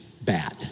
bad